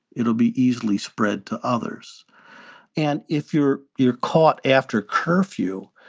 it'll be easily spread to others and if you're you're caught after curfew,